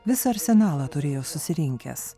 visą arsenalą turėjo susirinkęs